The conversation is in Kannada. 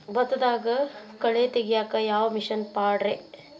ಭತ್ತದಾಗ ಕಳೆ ತೆಗಿಯಾಕ ಯಾವ ಮಿಷನ್ ಪಾಡ್ರೇ?